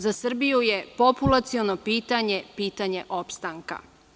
Za Srbiju je populaciono pitanje pitanje opstanka.